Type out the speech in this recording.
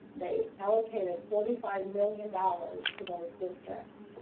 they allocated forty five million dollars to those districts